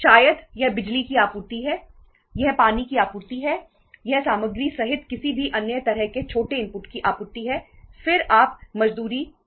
शायद यह बिजली की आपूर्ति है यह पानी की आपूर्ति है यह सामग्री सहित किसी भी अन्य तरह के छोटे इनपुट की आपूर्ति है फिर आप मजदूरी वेतन के बारे में बात करते हैं